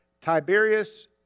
Tiberius